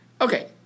Okay